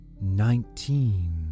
nineteen